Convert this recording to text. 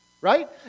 right